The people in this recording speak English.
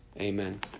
Amen